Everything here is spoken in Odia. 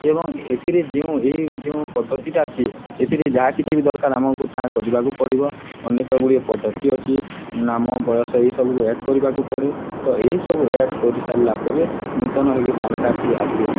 ଏବଂ ଏଥିରେ ଯେଉଁ ଏ ଯେଉଁ ପଦ୍ଧତିଟା ଅଛି ଏଥିରେ ଯାହା କିଛି ବି ଦରକାର ଆମକୁ ତାହା କରିବାକୁ ପଡ଼ିବ ଅନେକ ଗୁଡ଼ିଏ ପଦ୍ଧତି ଅଛି ନାମ ବୟସ ଏସବୁକୁ ଆଡ଼୍ କରିବାକୁ ପଡ଼େ ତ ଏହିସବୁ ଆଡ଼୍ କରିସାରିଲା ପରେ ନୂତନ ହୋଇକି ପାନ୍ କାର୍ଡ଼ଟି ଆସେ